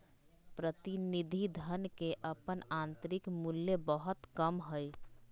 प्रतिनिधि धन के अपन आंतरिक मूल्य बहुत कम हइ